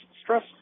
stress